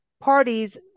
parties